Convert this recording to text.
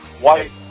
white